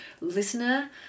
listener